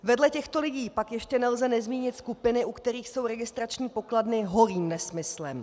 Vedle těchto lidí pak ještě nelze nezmínit skupiny, u kterých jsou registrační pokladny holým nesmyslem.